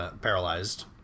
paralyzed